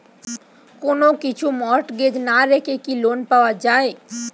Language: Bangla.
কোন কিছু মর্টগেজ না রেখে কি লোন পাওয়া য়ায়?